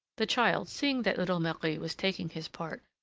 the child, seeing that little marie was taking his part,